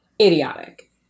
idiotic